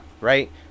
right